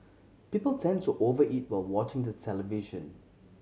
people tend to over eat while watching the television